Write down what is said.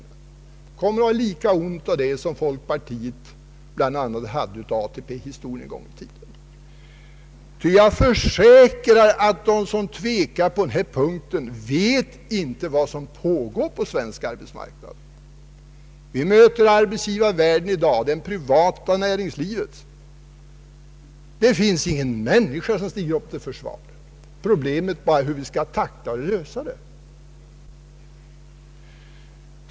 Ni kommer att ha lika ont av det som folkpartiet en gång hade när det gällde ATP. Jag försäkrar att de som tvekar på denna punkt inte vet vad som pågår inom svensk arbetsmarknad. Vi möter de missförhållanden som råder inom arbetslivet i dag, och det finns ingen människa som vill stiga upp och försvara dem. Problemet är bara hur vi skall tackla och lösa dem.